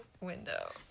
window